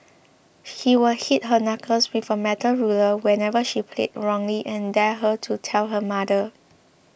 he would hit her knuckles with a metal ruler whenever she played wrongly and dared her to tell her mother